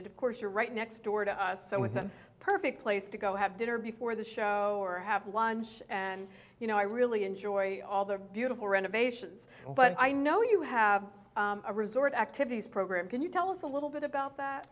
d of course you're right next door to us and with the perfect place to go have dinner before the show or have lunch and you know i really enjoy all the beautiful renovations but i know you have a resort activities program can you tell us a little bit about that